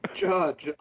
Judge